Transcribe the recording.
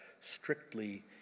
strictly